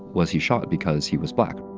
was he shot because he was black?